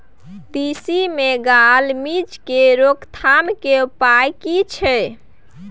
तिसी मे gall midge के रोकथाम के उपाय की छै?